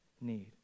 need